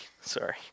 sorry